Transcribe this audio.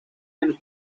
and